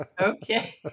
Okay